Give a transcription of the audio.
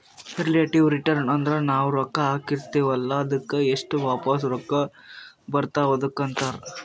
relative return ಅಂದುರ್ ನಾವು ರೊಕ್ಕಾ ಹಾಕಿರ್ತಿವ ಅಲ್ಲಾ ಅದ್ದುಕ್ ಎಸ್ಟ್ ವಾಪಸ್ ರೊಕ್ಕಾ ಬರ್ತಾವ್ ಅದುಕ್ಕ ಅಂತಾರ್